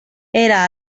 era